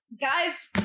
Guys